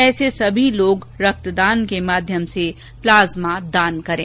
ऐसी सभी लोग रक्तदान के माध्यम से प्लाजमा दान करें